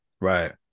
right